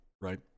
Right